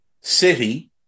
City